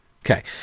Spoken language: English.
Okay